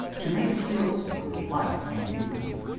to make it realistic with life and beauty,